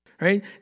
right